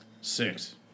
Six